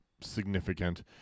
significant